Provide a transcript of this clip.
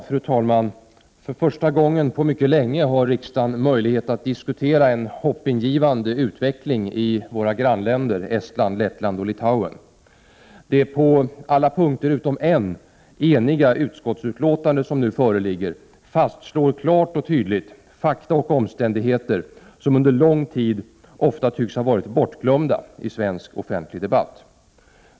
Fru talman! För första gången på mycket länge har riksdagen möjlighet att diskutera en hoppingivande utveckling i våra grannländer Estland, Lettland och Litauen. Det på alla punkter utom en eniga utskottsbetänkande som nu föreligger fastslår klart och tydligt fakta och omständigheter som under lång tid ofta tycks ha varit bortglömda i svensk offentlig debatt.